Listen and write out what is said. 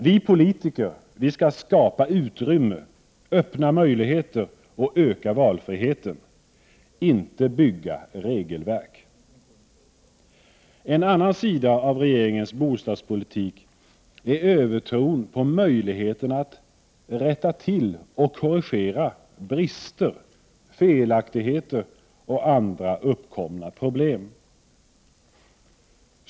Vi politiker skall skapa utrymme, öppna möjligheter och öka valfriheten — inte bygga regelverk. En annan sida av regeringens bostadspolitik är övertron på möjligheterna att rätta till och korrigera brister, felaktigheter och andra uppkomna problem.